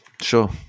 sure